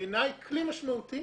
בעיניי, זה כלי משמעותי